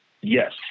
yes